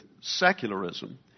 secularism